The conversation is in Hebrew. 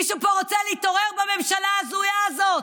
מישהו פה רוצה להתעורר בממשלה ההזויה הזאת?